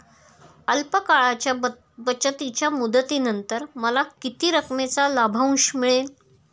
अल्प काळाच्या बचतीच्या मुदतीनंतर मला किती रकमेचा लाभांश मिळेल?